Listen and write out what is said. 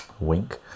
wink